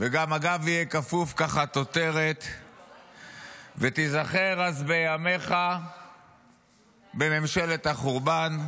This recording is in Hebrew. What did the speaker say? וגם הגב יהיה כפוף כחטוטרת ותיזכר אז בימיך בממשלת החורבן,